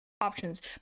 options